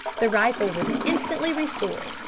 the rifle was instantly restored,